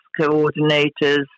coordinators